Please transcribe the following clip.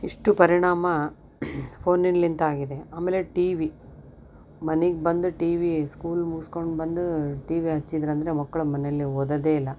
ಇಷ್ಟು ಪರಿಣಾಮ ಫೋನ್ನಲಿಂದ ಆಗಿದೆ ಆಮೇಲೆ ಟಿವಿ ಮನಿಗೆ ಬಂದು ಟಿವಿ ಸ್ಕೂಲ್ ಮುಗ್ಸ್ಕೊಂಡು ಬಂದು ಟಿವಿ ಹಚ್ಚಿದ್ರಂದ್ರೆ ಮಕ್ಕಳು ಮನೆಯಲ್ಲಿ ಓದೋದೇ ಇಲ್ಲ